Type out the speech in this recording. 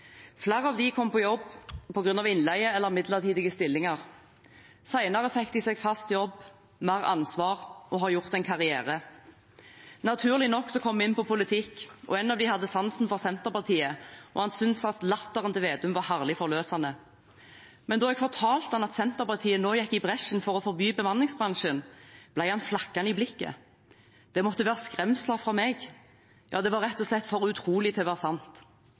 Flere av dem kom i jobb på grunn av innleie eller midlertidige stillinger. Senere fikk de seg fast jobb, mer ansvar og har gjort karriere. Naturlig nok kom vi inn på politikk, og en av dem hadde sansen for Senterpartiet. Han syntes at latteren til Slagsvold Vedum var herlig forløsende. Men da jeg fortalte ham at Senterpartiet nå gikk i bresjen for å forby bemanningsbransjen, ble han flakkende i blikket. Dette måtte være skremsler fra meg. Ja, det var rett og slett for utrolig til å være sant.